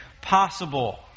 possible